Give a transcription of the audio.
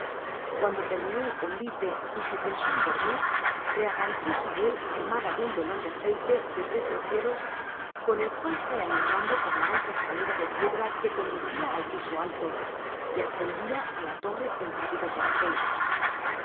cuando terminó el convite y se pensó en dormir reapareció sabel armada de un velón de aceite de tres mecheros con el cual fue alumbrando por la ancha escalera de piedra que conducía al piso alto y ascendía a la torre en rápido caracol